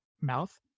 mouth